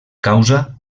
causa